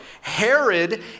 Herod